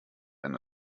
wenn